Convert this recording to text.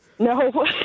No